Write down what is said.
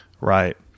Right